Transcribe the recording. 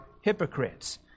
hypocrites